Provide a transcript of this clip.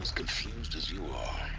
confused as you are